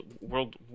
world